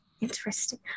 Interesting